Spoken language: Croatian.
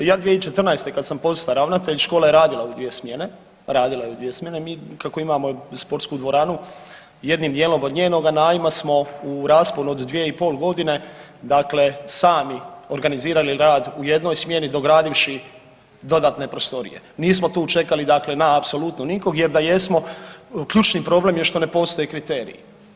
Ja 2014. kad sam postao ravnatelj škola je radila u dvije smjene, radila je u dvije smjene, mi kako imamo sportsku dvoranu jednim dijelom od njenoga najma smo u rasponu od 2,5 godine sami organizirali rad u jednoj smjeni dogradivši dodatne prostorije, nismo tu čekali na apsolutno nikog jer da jesmo ključni problem je što ne postoji kriterij.